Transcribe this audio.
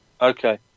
Okay